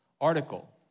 article